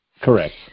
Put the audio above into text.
Correct